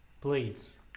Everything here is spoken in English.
Please